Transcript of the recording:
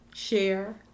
share